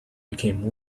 became